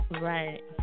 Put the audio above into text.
Right